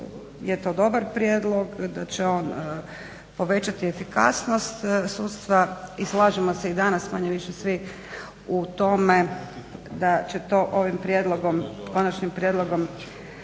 je to dobar prijedlog, da će on povećati efikasnost sudstva izlažemo se i danas manje-više svi u tome da će to ovim konačnim prijedlogom